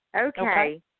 Okay